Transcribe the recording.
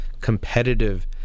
competitive